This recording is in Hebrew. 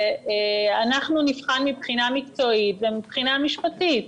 אנחנו נבחן מבחינה מקצועית ומבחינה משפטית.